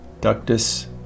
ductus